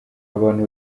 abantu